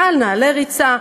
נעל נעלי ריצה,